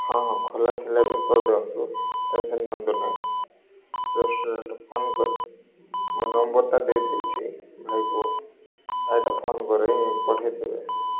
ହଁ ହଁ ଖୋଲା ଥିଲେ ବି କରିଦିଅନ୍ତୁ ଟେନ୍ସନ୍ ନିଅନ୍ତୁ ନାହିଁ ରେଷ୍ଟୁରାଣ୍ଟ୍ ଫୋନ୍ ମୋ ନମ୍ବର୍ଟା ଦେଇଦେଇଛି ଭାଇକୁ ଭାଇଟା ଫୋନ୍ କରି ପଠାଇଦେବେ